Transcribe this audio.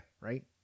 Right